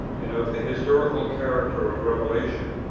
and of the historical character of revelation,